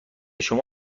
شما